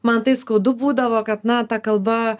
man taip skaudu būdavo kad na ta kalba